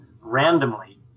randomly